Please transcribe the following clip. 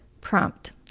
Prompt